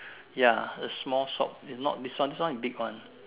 ya a small shop not this one this one is big one